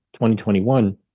2021